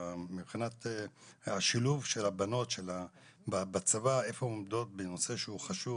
מבחינת השילוב של הבנות בצבא ואיפה הן עומדות בנושא הזה שהוא חשוב